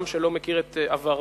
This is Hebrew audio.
עם שאינו יודע את עברו,